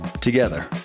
together